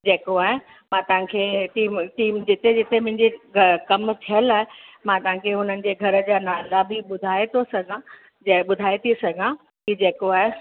जेको आहे मां तव्हांखे सीम सीम जिते जिते मुंहिंजी ग कमु थियल आहे मां तव्हांखे हुननि जे घर जा नाला बि ॿुधाए थो सघां जो ॿुधाए थी सघां कि जेको आहे